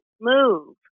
move